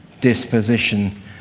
disposition